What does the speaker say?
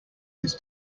his